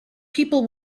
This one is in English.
people